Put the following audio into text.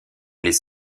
les